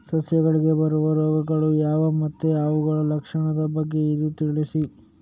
ಸಸ್ಯಗಳಿಗೆ ಬರುವ ರೋಗಗಳು ಯಾವ್ದು ಮತ್ತೆ ಅವುಗಳ ಲಕ್ಷಣದ ಬಗ್ಗೆ ಇದು ತಿಳಿಸ್ತದೆ